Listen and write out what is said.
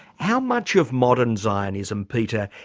how much of modern zionism peter,